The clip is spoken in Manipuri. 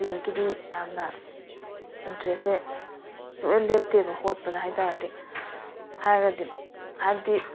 ꯕꯦꯡꯀꯤꯗꯤ ꯌꯥꯝꯅ ꯏꯟꯇ꯭ꯔꯦꯁꯁꯦ ꯁꯨꯛꯂꯦꯞ ꯂꯦꯞꯇꯦꯕ ꯍꯣꯠꯄꯗ ꯍꯥꯏꯇꯔꯗꯤ ꯍꯥꯏꯔꯒꯗꯤ ꯍꯥꯏꯕꯗꯤ